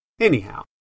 Anyhow